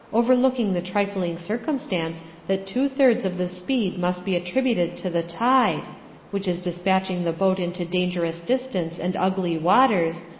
overlooking the trifling circumstance that two-thirds of the speed must be attributed to the tide which is despatching the boat into dangerous distance and ugly waters,